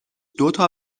دوتا